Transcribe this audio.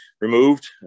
removed